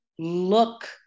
Look